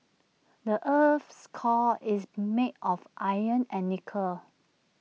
the Earth's core is made of iron and nickel